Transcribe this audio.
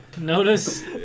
Notice